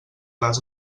les